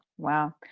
Wow